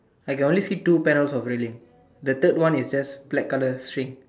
I can only see two panels of railing the third one is just black color string